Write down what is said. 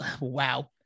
wow